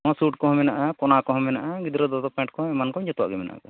ᱦᱚᱸ ᱥᱩᱴ ᱠᱚᱦᱚᱸ ᱢᱮᱱᱟᱜᱼᱟ ᱠᱚᱱᱟ ᱠᱚᱦᱚᱸ ᱢᱮᱱᱟᱜᱼᱟ ᱜᱤᱫᱽᱨᱟᱹ ᱫᱚᱛᱚ ᱯᱮᱱᱴ ᱠᱚ ᱮᱢᱟᱱ ᱠᱚ ᱡᱚᱛᱚᱣᱟᱜ ᱜᱮ ᱢᱮᱱᱟᱜ ᱟᱠᱟᱜᱼᱟ